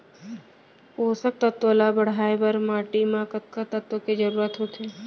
पोसक तत्व ला बढ़ाये बर माटी म कतका तत्व के जरूरत होथे?